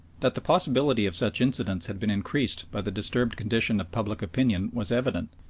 that the possibility of such incidents had been increased by the disturbed condition of public opinion was evident,